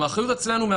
האחריות אצלנו.